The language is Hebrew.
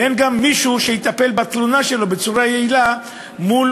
ואין גם מי שיטפל בתלונה שלהם בצורה יעילה מול